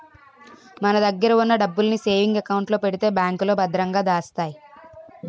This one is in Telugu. మన దగ్గర ఉన్న డబ్బుల్ని సేవింగ్ అకౌంట్ లో పెడితే బ్యాంకులో భద్రంగా దాస్తాయి